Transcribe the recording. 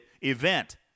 event